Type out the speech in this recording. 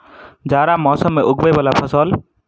जाड़ा मौसम मे उगवय वला फसल?